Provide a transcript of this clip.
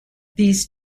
these